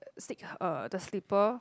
uh stick uh the slipper